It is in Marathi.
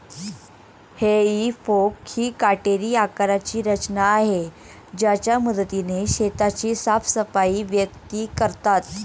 हेई फोक ही काटेरी आकाराची रचना आहे ज्याच्या मदतीने शेताची साफसफाई व्यक्ती करतात